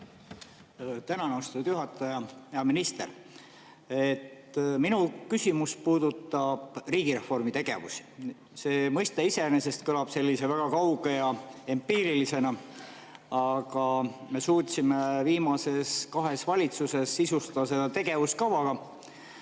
Tänan, austatud juhataja! Hea minister! Minu küsimus puudutab riigireformiga seotud tegevusi. See mõiste iseenesest kõlab väga kauge ja empiirilisena, aga me suutsime viimases kahes valitsuses sisustada selle tegevuskavaga.